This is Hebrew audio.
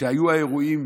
כשהיו האירועים